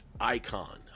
icon